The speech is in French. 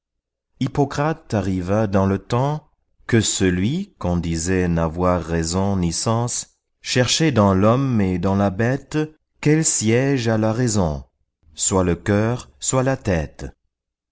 hippocrate arriva dans le temps que celui qu'on disait n'avoir raison ni sens cherchait dans l'homme et dans la bête quel siège a la raison soit le cœur soit la tête